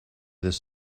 this